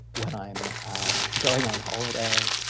when i'm going on holiday,